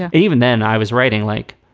yeah even then, i was writing like,